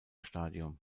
stadium